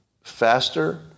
faster